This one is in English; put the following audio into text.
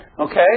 Okay